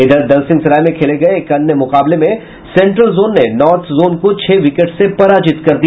इधर दलसिंहसराय में खेले गये एक अन्य मुकाबले में सेंट्रल जोन ने नार्थ जोन को छह विकेट से पराजित कर दिया